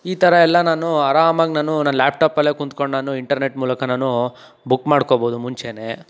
ಈ ಥರ ಎಲ್ಲ ನಾನು ಆರಾಮಾಗಿ ನಾನು ನನ್ನ ಲ್ಯಾಪ್ಟಾಪಲ್ಲೆ ಕುಂತ್ಕಂಡು ನಾನು ಇಂಟರ್ನೆಟ್ ಮೂಲಕ ನಾನು ಬುಕ್ ಮಾಡ್ಕೊಬೋದು ಮುಂಚೆನೆ